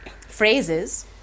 phrases